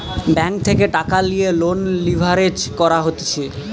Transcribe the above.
bank থেকে টাকা লিয়ে লোন লিভারেজ করা হতিছে